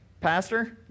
pastor